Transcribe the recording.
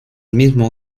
mismo